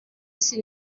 isi